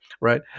right